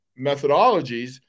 methodologies